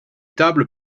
tables